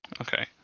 Okay